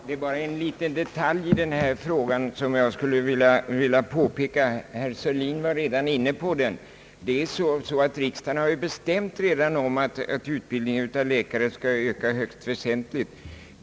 Herr talman! Jag skulle vilja påpeka bara en liten detalj i den här frågan. Herr Sörlin har redan varit inne på den. Riksdagen har ju bestämt att utbildningen av läkare skall öka högst väsentligt.